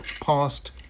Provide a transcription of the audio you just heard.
past